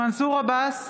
מנסור עבאס,